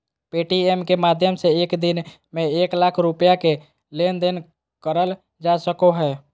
Paytm के माध्यम से एक दिन में एक लाख रुपया के लेन देन करल जा सको हय